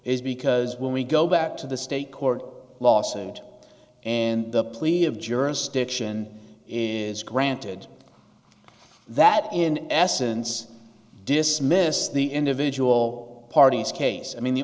is because when we go back to the state court last and and the plea of jurisdiction is granted that in essence dismiss the individual parties case i mean the